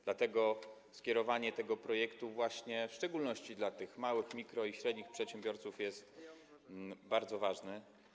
Dlatego skierowanie tego projektu w szczególności do tych małych, mikro- i średnich przedsiębiorców jest bardzo ważne.